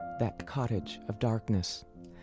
that cottage of darkness?